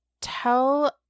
tell